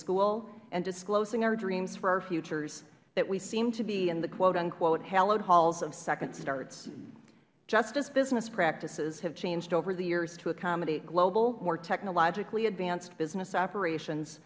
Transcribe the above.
school and disclosing our dreams for our futures that we seemed to be in the hallowed halls of second starts just as business practices have changed over the years to accommodate global more technologically advanced business operations